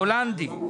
ההולנדי.